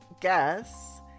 guess